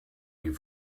you